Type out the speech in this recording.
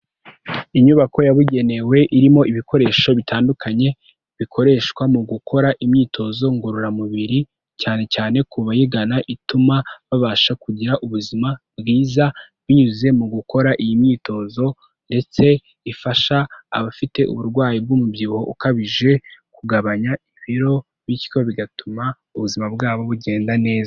Inyubako yabugenewe irimo ibikoresho bitandukanye bikoreshwa mu gukora imyitozo ngororamubiri cyane cyane ku bayigana ituma babasha kugira ubuzima bwiza, binyuze mu gukora iyi myitozo ndetse ifasha abafite uburwayi bw'umubyibuho ukabije kugabanya ibiro, bityo bigatuma ubuzima bwabo bugenda neza.